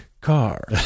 car